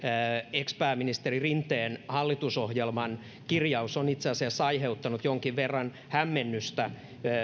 ex pääministeri rinteen hallitusohjelman kirjaus on itse asiassa aiheuttanut jonkin verran hämmennystä ja